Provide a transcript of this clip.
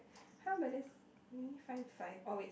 how many only find five oh wait